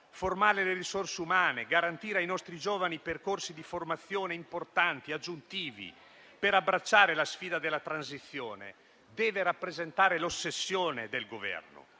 Formare le risorse umane e garantire ai nostri giovani percorsi di formazione importanti aggiuntivi per abbracciare la sfida della transizione devono rappresentare l'ossessione del Governo.